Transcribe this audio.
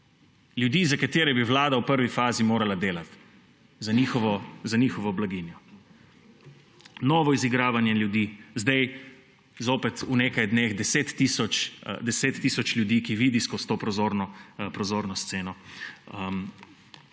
ljudi, za katere bi vlada v prvi fazi morala delati, delati za njihovo blaginjo. Novo izigravanje ljudi, sedaj zopet v nekaj dneh 10 tisoč ljudi, ki vidi skozi to prozorno sceno,